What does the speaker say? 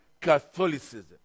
Catholicism